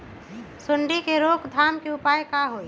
सूंडी के रोक थाम के उपाय का होई?